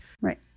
Right